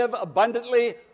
abundantly